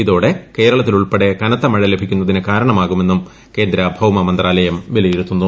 ഇതോടെ കേരളത്തിലുൾപ്പെടെ കനത്ത മഴ ലഭിക്കുന്നതിന് കാരണമാകുമെന്നും കേന്ദ്ര ഭൌമ മന്ത്രാലയം വിലയിരുത്തുന്നു